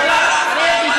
אלחיראן.